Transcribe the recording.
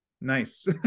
Nice